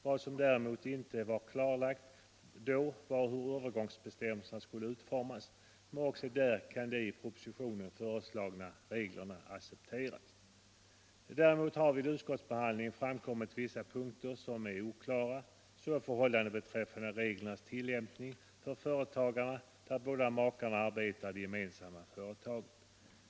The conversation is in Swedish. Vad som däremot inte var klarlagt då var hur övergångsbestämmelserna skulle utformas, men också där kan de i propositionen föreslagna reglerna accepteras. Däremot har vid utskottsbehandlingen framkommit vissa punkter som är oklara. Så är förhållandet beträffande reglernas tillämpning för företagare där båda makarna arbetar i det gemensamma företaget.